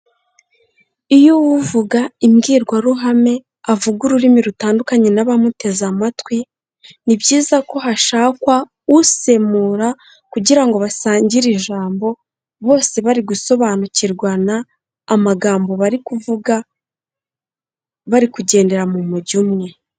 Iyo uvuga imbwirwaruhame avuga ururimi rutandukanye n'abamuteze amatwi, ni byiza ko hashakwa usemura kugira ngo basangire ijambo, bose bari gusobanukirwana amagambo bari kuvuga, bari kugendera mu mujyo umwe.